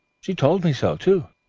she'd told me so, too,